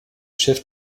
chef